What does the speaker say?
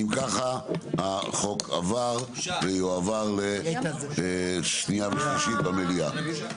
0 אם כך החוק עבר ויועבר לשנייה ושלישית במליאה.